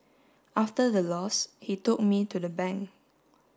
after the loss he took me to the bank